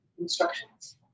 instructions